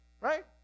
right